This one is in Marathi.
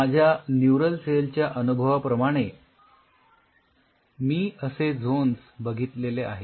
माझ्या न्यूरल सेल च्या अनुभवाप्रमाणे मी असे झोन्स बघितले आहेत